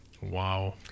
Wow